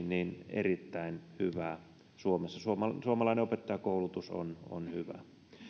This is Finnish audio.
erittäin hyvä suomessa suomalainen opettajankoulutus on on hyvä